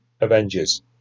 Avengers